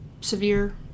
severe